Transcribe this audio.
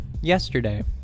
yesterday